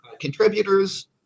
contributors